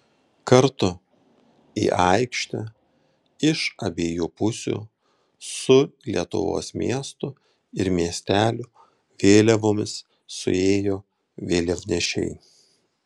kartu į aikštę iš abiejų pusių su lietuvos miestų ir miestelių vėliavomis suėjo vėliavnešiai